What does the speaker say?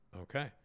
Okay